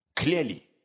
Clearly